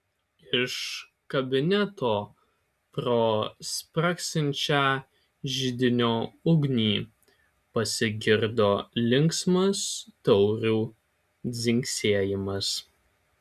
iš kabineto pro spragsinčią židinio ugnį pasigirdo linksmas taurių dzingsėjimas